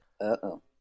Uh-oh